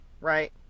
right